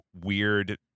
weird